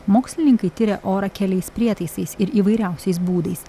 mokslininkai tiria orą keliais prietaisais ir įvairiausiais būdais